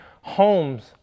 homes